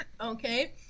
Okay